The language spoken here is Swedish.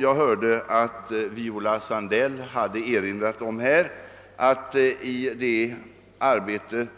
Jag hörde att Viola Sandell här hade erinrat om att i det